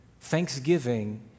thanksgiving